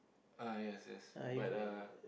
uh yes yes but uh